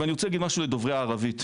אני רוצה להגיד משהו לדוברי הערבית.